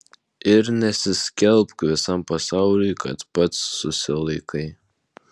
ir nesiskelbk visam pasauliui kad pats susilaikai